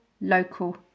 local